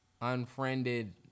Unfriended